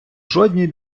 жодній